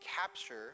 capture